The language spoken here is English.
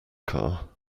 car